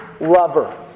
lover